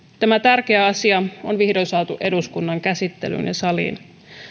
tämä tärkeä asia on vihdoin saatu eduskunnan käsittelyyn ja saliin